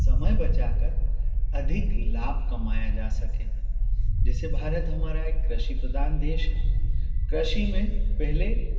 समय बचा कर अधिक लाभ कमाया जा सके जैसे भारत हमारा कृषि प्रधान देश है कृषि में पहले